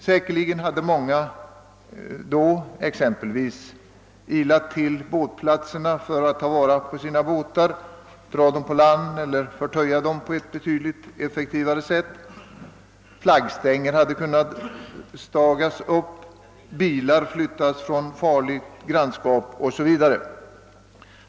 Säkerligen hade många då exempelvis skyndat till båtplatserna för att ta vara på sina båtar, flaggstänger hade kunnat stagas, bilar hade kunnat flyttas från farligt grannskap o.s.v.